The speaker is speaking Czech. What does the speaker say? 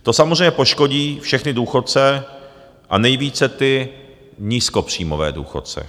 To samozřejmě poškodí všechny důchodce a nejvíce ty nízkopříjmové důchodce.